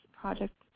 project